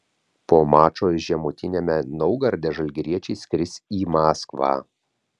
po mačo žemutiniame naugarde žalgiriečiai skris į maskvą